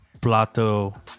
Plato